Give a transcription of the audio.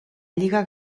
lliga